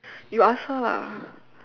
you ask her lah